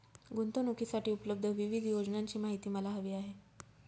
गुंतवणूकीसाठी उपलब्ध विविध योजनांची माहिती मला हवी आहे